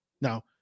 Now